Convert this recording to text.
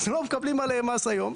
לא מקבלים עליהם מס היום,